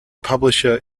publisher